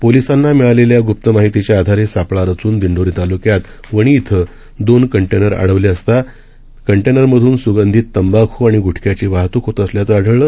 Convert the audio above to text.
पोलिसांनामिळालेल्याग्प्तमाहितीच्याआधारेसापळारचूनदिंडोरीतालुक्यातवणीइथंदोनकंटेनरअडवलेअसता कंटेनरमधूनस्गंधिततंबाखूआणिग्टख्याचीवाहत्कहोतअसल्याचंआढळलं